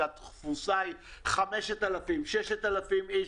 שהתפוסה היא של 5,0000 6,000 איש,